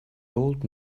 old